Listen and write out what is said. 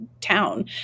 town